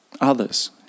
others